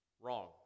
wrong